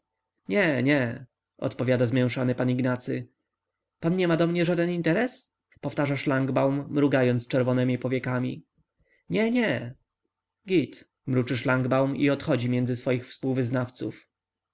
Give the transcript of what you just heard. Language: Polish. nie nie odpowiada zmięszany pan ignacy pan nie ma do mnie żaden interes powtarza szlangbaum mrugając czerwonemi powiekami nie nie git mruczy szlangbaum i odchodzi między swoich współwyznawców